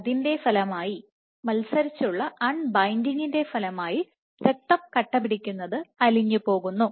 അതിൻറെ ഫലമായി മത്സരിച്ചുള്ള അൺ ബൈൻഡിങിന്റെ ഫലമായിരക്തം കട്ടപിടിക്കുന്നത് അലിഞ്ഞ് പോകുന്നു